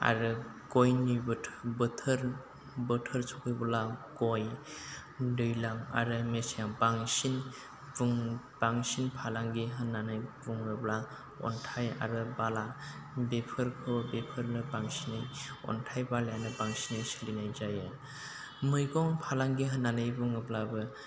आरो गयनि बोथो बोथोर बोथोर सौफैबोला गय दैज्लां आरो मेसें बांसिन बुं बांसिन फालांगि होन्नानै बुङोब्ला अन्थाइ आरो बाला बेफोरखौ बेफोरनो बांसिन अन्थाइ बालायानो बांसिन सोलिनाय जायो मैगं फालांगि होन्नानै बुङोब्लाबो